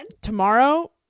Tomorrow